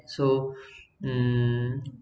so mm